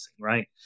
right